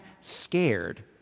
scared